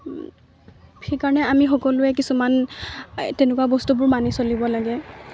সেইকাৰণে আমি সকলোৱে কিছুমান তেনেকুৱা বস্তুবোৰ মানি চলিব লাগে